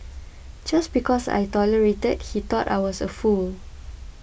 just because I tolerated he thought I was a fool